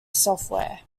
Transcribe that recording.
software